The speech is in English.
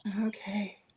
Okay